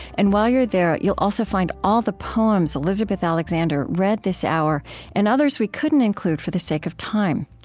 and while you're there, you'll also find all the poems elizabeth alexander read this hour and others we couldn't include for the sake of time.